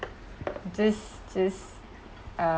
just just uh